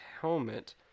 helmet